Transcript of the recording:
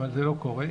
זה לא קורה.